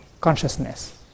consciousness